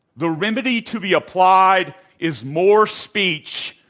the remedy to be applied is more speech,